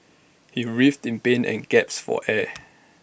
he writhed in pain and gasped for air